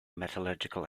metallurgical